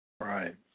right